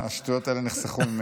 השטויות האלה נחסכו ממני.